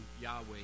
Yahweh